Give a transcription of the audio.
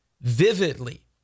vividly